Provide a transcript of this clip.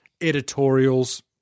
editorials